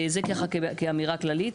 זה ככה כאמירה כללית.